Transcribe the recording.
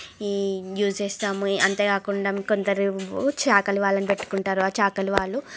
ఈ యూస్ చేస్తాము అంతే కాకుండా కొందరు చాకలి వాళ్ళని పెట్టుకుంటారు ఆ చాకలి వాళ్ళు